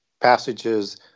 passages